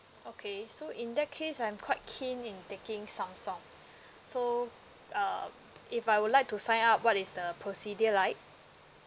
okay so in that case I'm quite keen in taking samsung so err if I would like to sign up what is the procedure like